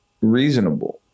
reasonable